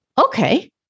okay